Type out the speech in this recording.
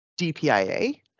DPIA